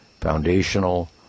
foundational